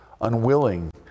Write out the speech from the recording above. unwilling